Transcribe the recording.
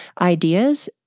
ideas